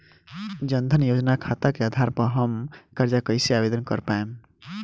जन धन योजना खाता के आधार पर हम कर्जा कईसे आवेदन कर पाएम?